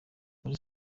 muri